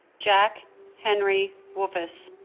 jack henry wolfes